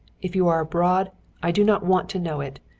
if you are abroad i do not want to know it.